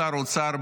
שר האוצר,